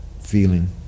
feeling